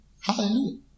Hallelujah